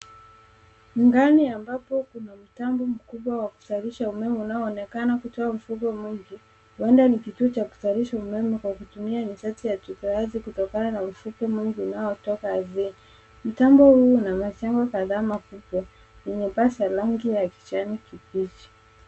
ambapo kuna mtambo mkubwa wa kuzalisha umeme unaoonekana kutoa mfuke mwingi huenda ni kituo cha kuzalisha umeme kwa kutumia nishati ya kutokana na mvuke mwingi unaotoka ardhini. Mtambo huu unaonyesha usalama mkubwa wenye paa za rangi za kijani kibichi